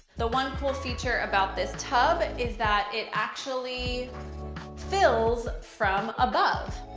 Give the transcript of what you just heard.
the one cool feature about this tub is that it actually fills from above.